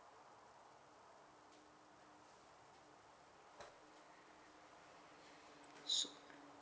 so